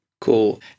cool